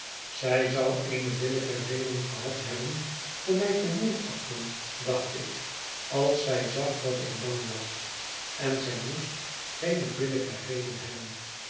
zij zou eene billijke reden gehad hebben om mij te minachten dacht ik als zij zag dat ik bang was en zij mo est geene billijke reden hebben